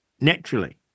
naturally